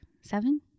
seven